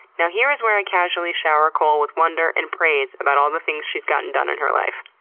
you know here is where i casually shower cole with wonder and praise about all the things she's gotten done in her life.